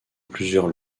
plusieurs